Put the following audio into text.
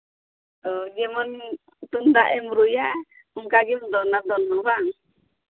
ᱡᱮᱢᱚᱱ ᱛᱩᱢᱫᱟᱜ ᱮᱢ ᱨᱩᱭᱟ ᱚᱱᱠᱟ ᱜᱮᱢ ᱫᱚᱱᱟ ᱫᱚᱱ ᱦᱚᱸ ᱵᱟᱝ